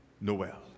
Noel